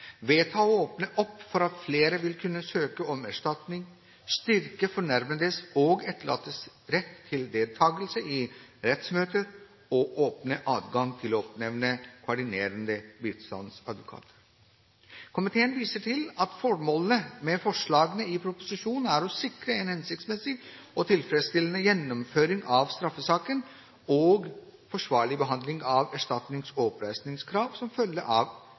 opp for at flere vil kunne søke om erstatning styrke fornærmedes og etterlattes rett til deltakelse i rettsmøter åpne adgang til å oppnevne koordinerende bistandsadvokat Komiteen viser til at formålene med forslagene i proposisjonen er å sikre en hensiktsmessig og tilfredsstillende gjennomføring av straffesaken og forsvarlig behandling av erstatnings- og oppreisningskrav som følge av